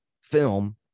film